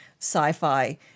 sci-fi